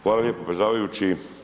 Hvala lijepo predsjedavajući.